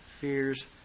fears